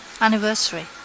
Anniversary